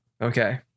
Okay